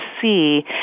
see